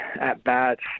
at-bats